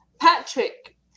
Patrick